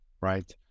right